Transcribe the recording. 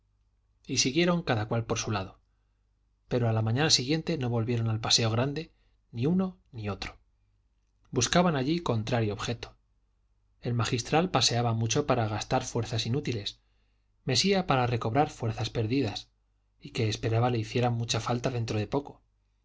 y siguieron cada cual por su lado pero a la mañana siguiente no volvieron al paseo grande ni uno ni otro buscaban allí contrario objeto el magistral paseaba mucho para gastar fuerzas inútiles mesía para recobrar fuerzas perdidas y que esperaba le hiciesen mucha falta dentro de poco